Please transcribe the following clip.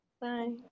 Bye